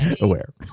Aware